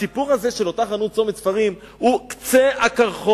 הסיפור הזה של אותה חנות "צומת ספרים" הוא קצה הקרחון.